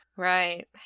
Right